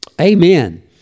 Amen